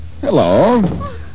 Hello